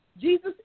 Jesus